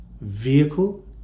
vehicle